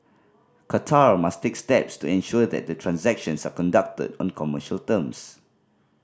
Qatar must take steps to ensure that the transactions are conducted on commercial terms